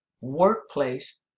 workplace